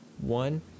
One